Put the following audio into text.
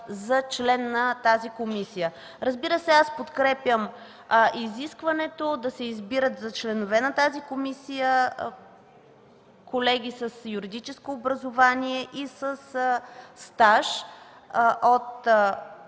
за член на тази комисия. Разбира се, аз подкрепям изискването да се избират за членове на тази комисия колеги с юридическо образование и със стаж от